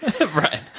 Right